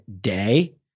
day